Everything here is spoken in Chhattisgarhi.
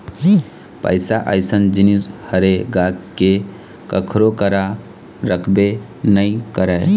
पइसा अइसन जिनिस हरे गा के कखरो करा रुकबे नइ करय